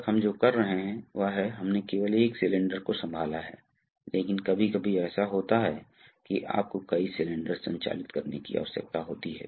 तो हम four way valve पर आते हैं इसलिए फोर वे वाल्व में यह बिल्कुल वैसा ही है कि अब प्रत्येक स्थिति में ए और बी दोनों पंप और टैंक से जुड़े हुए हैं इसलिए इस स्थिति में पंप B से जुड़ा हुआ है टैंक A से जुड़ा है